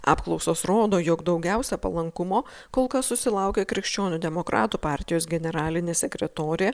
apklausos rodo jog daugiausia palankumo kol kas susilaukė krikščionių demokratų partijos generalinė sekretorė